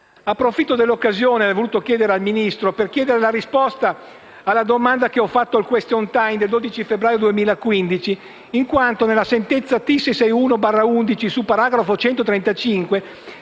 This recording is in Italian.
Approfitto dell'occasione per chiedere la risposta alla domanda che ho posto nel *question time* del 12 febbraio 2015. Nella sentenza T-661 del 2011, subparagrafo 135